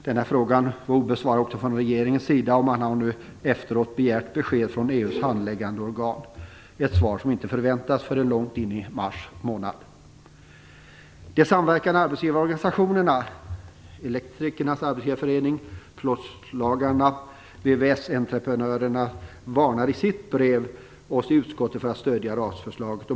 Denna fråga var obesvarad också från regeringens sida, och man har nu efteråt begärt besked från EU:s handläggande organ - ett svar som inte förväntas komma förrän långt in i mars månad. varnar i sitt brev oss i arbetsmarknadsutskottet för att stödja RAS-förslaget.